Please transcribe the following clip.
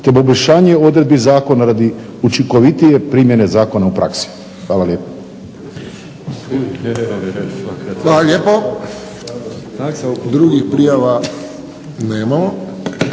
te poboljšanje odredbi zakona radi učinkovitije primjene zakona u praksi. Hvala lijepo. **Friščić, Josip (HSS)** Drugih prijava nemamo.